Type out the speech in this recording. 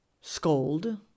scold